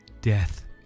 death